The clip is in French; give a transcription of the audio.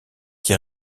qui